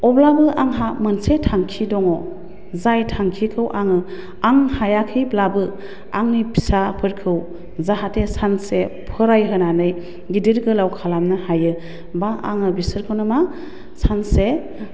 अब्लाबो आंहा मोनसे थांखि दङ जाय थांखिखौ आङो आं हायाखैब्लाबो आंनि फिसाफोरखौ जाहाथे सानसे फरायहोनानै गिदिर गोलाव खालामनो हायो बा आङो बिसोरखौनो मा सानसे